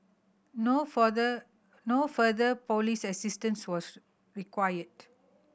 no further no further police assistance was required